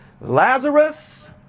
Lazarus